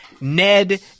Ned